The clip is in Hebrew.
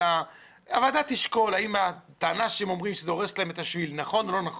אלא הוועדה תשקול האם הטענה שלהם שזה הורס את השביל היא נכונה או לא,